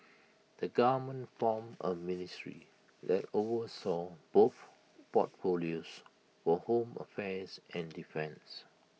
the government formed A ministry that oversaw both portfolios for home affairs and defence